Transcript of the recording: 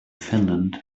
finland